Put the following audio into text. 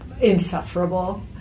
insufferable